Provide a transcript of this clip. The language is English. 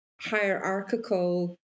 hierarchical